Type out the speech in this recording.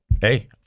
hey